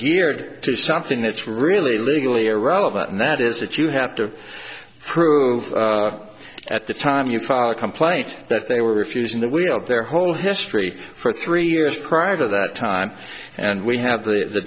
geared to something that's really legally irrelevant and that is that you have to prove at the time you file a complaint that they were refusing to wield their whole history for three years prior to that time and we have the